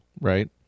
right